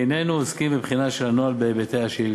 איננו עוסקים בבחינה של הנוהל בהיבטי השאילתה.